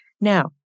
Now